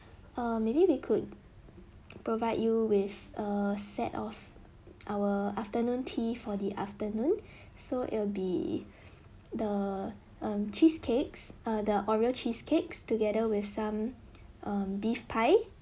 err maybe we could provide you with a set of our afternoon tea for the afternoon so it'll be the um cheesecakes err the oreo cheesecakes together with some um beef pie